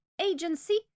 agency